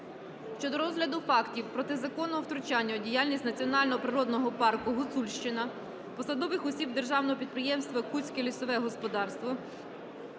щодо розгляду фактів протизаконного втручання у діяльність національного природного парку "Гуцульщина" посадових осіб державного підприємства "Кутське лісове господарство"